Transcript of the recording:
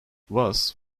was